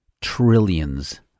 trillions